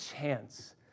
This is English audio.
chance